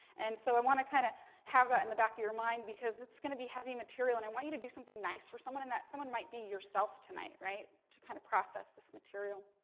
and so, i want to kind of have that in the back of your mind because it's going to be heavy material and i want you to do something nice for someone. and, that someone might be yourself tonight, right, to kind of process this material.